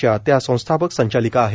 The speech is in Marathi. च्या त्या संस्थापक संचालिका आहेत